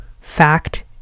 fact